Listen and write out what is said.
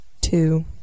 Two